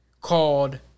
called